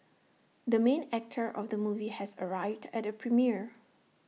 the main actor of the movie has arrived at the premiere